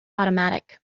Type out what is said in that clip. automatic